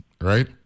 right